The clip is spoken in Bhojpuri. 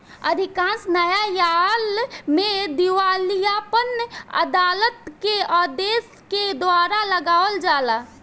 अधिकांश न्यायालय में दिवालियापन अदालत के आदेश के द्वारा लगावल जाला